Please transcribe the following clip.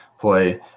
play